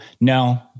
no